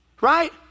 Right